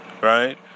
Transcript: right